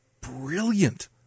Brilliant